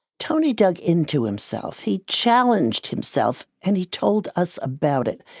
tony dug into himself, he challenged himself and he told us about it.